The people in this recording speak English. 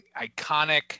iconic